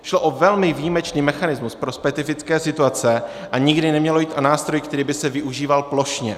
Šlo o velmi výjimečný mechanismus pro specifické situace a nikdy nemělo jít o nástroj, který by se využíval plošně.